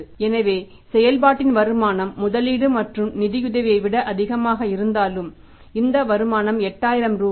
எனவே செயல்பாட்டின் வருமானம் முதலீடு மற்றும் நிதியுதவியை விட அதிகமாக இருந்தாலும் இந்த வருமானம் 8000 ரூபாய்